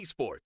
eSports